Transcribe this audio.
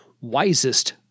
wisest